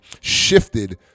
shifted